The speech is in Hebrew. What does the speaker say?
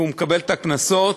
והוא מקבל את הקנסות.